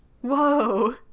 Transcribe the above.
Whoa